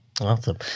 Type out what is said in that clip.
Awesome